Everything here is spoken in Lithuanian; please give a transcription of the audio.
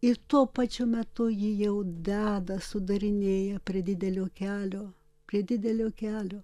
ir tuo pačiu metu ji jau deda sudarinėja prie didelio kelio prie didelio kelio